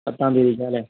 പത്താം തീയതിക്ക് ആണ് അല്ലേ